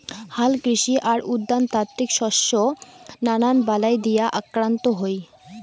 হালকৃষি আর উদ্যানতাত্ত্বিক শস্য নানান বালাই দিয়া আক্রান্ত হই